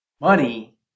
money